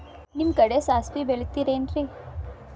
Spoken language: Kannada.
ನಿಮ್ಮ ಕಡೆ ಸಾಸ್ವಿ ಬೆಳಿತಿರೆನ್ರಿ?